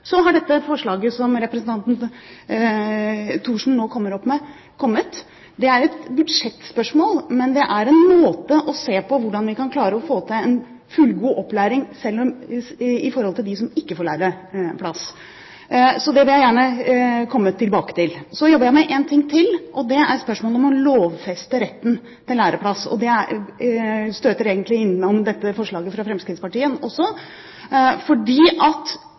Så har dette forslaget som representanten Thorsen nå kommer opp med, kommet. Det er et budsjettspørsmål, men det er en måte å se på hvordan vi kan klare å få til en fullgod opplæring på for dem som ikke får læreplass, så det vil jeg gjerne komme tilbake til. Så jobber jeg med én ting til, og det er spørsmålet om å lovfeste retten til læreplass, og det støter egentlig innom dette forslaget fra Fremskrittspartiet også. Fordi lærlingplass er så avgjørende for fullføring, må vi sørge for at